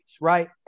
right